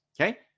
Okay